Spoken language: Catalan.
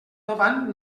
davant